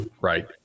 right